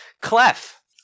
Clef